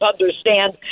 understand